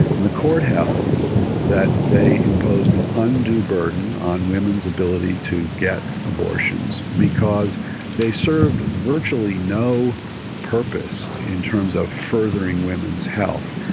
the court held that they imposed an undue burden on women's ability to get abortions because they served virtually no purpose in terms of furthering women's health,